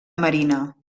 marina